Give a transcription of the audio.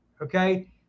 okay